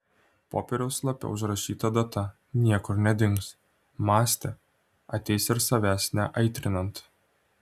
popieriaus lape užrašyta data niekur nedings mąstė ateis ir savęs neaitrinant